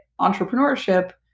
entrepreneurship